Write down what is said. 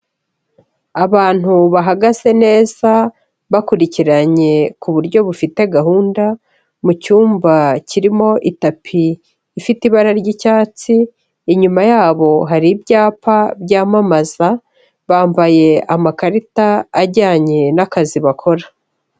Abantu bahagaze neza bakurikiranye ku buryo bufite gahunda, mu cyumba kirimo itapi ifite ibara ry'icyatsi, inyuma yabo hari ibyapa byamamaza, bambaye amakarita ajyanye n'akazi bakora.